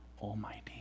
Almighty